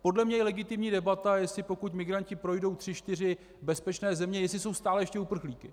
Podle mě je legitimní debata, jestli pokud migranti projdou tři čtyři bezpečné země, jestli jsou stále ještě uprchlíky.